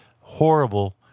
horrible